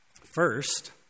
First